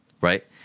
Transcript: Right